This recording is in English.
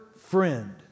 friend